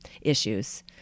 issues